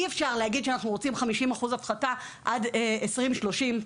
אי אפשר להגיד שאנחנו רוצים 50% הפחתה עד 2030 ,